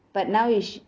but now is